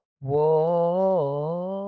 Whoa